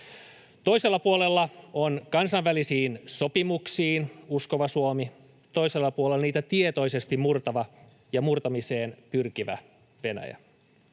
Toisella puolella on kansainvälisiin sopimuksiin uskova Suomi, toisella puolella niitä tietoisesti murtava ja murtamiseen pyrkivä Venäjä.